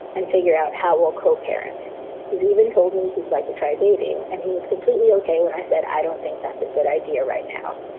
and figure out how local parent he's even told me he'd like to try dating. and he was completely ok when i said, i don't think that's a good idea right now.